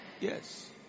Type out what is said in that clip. Yes